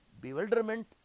bewilderment